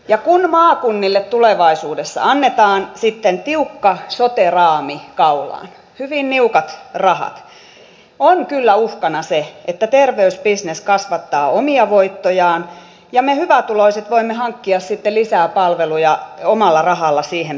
ja kun maakunnille tulevaisuudessa annetaan sitten tiukka sote raami kaulaan hyvin niukat rahat on kyllä uhkana se että terveysbisnes kasvattaa omia voittojaan ja me hyvätuloiset voimme hankkia sitten lisää palveluja omalla rahalla siihen päälle